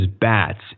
bats